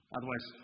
Otherwise